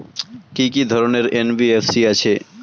কি কি ধরনের এন.বি.এফ.সি আছে?